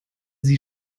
sie